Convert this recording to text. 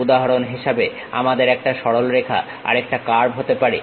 উদাহরণ হিসেবে আমাদের একটা সরলরেখা আরেকটা কার্ভ হতে পারে